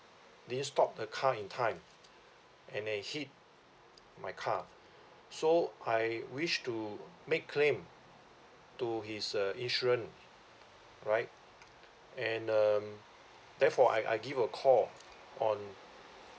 didn't stop the car in time and he hit my card so I wish to make claim to his uh insurance right and um therefore I I give a call on